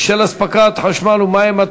משלוח חשבונית בשל אספקת חשמל ומים),